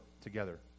together